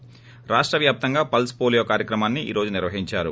ి దేశ వ్యాప్తంగా పల్స్ పోలీయో కార్యక్రమాన్ని ఈ రోజు నిర్వహించారు